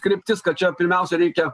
kryptis kad čia pirmiausia reikia